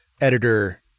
editor